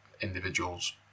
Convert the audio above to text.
individuals